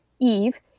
Eve